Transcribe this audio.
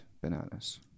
bananas